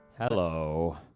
Hello